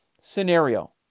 scenario